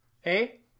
Hey